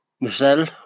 Michelle